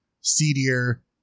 seedier